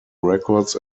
records